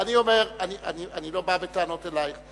אני לא בא בטענות אלייך.